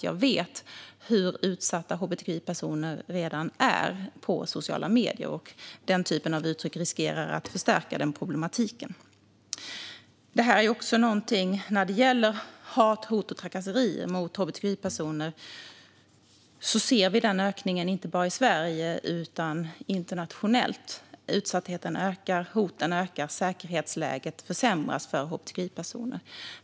Jag vet hur utsatta hbtqi-personer redan är på sociala medier, och den typen av uttryck riskerar att förstärka den problematiken. Vi ser att hat, hot och trakasserier mot hbtqi-personer ökar inte bara i Sverige utan också internationellt. Utsattheten och hoten ökar, och säkerhetsläget försämras för hbtqi-personer.